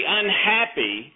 unhappy